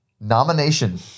Nomination